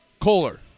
Kohler